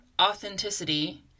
authenticity